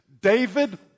David